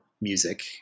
music